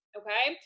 okay